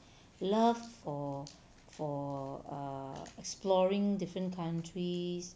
love for for err exploring different countries